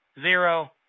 zero